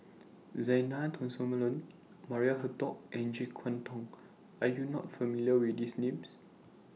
Zena Tessensohn Maria Hertogh and Jek Yeun Thong Are YOU not familiar with These Names